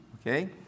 Okay